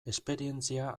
esperientzia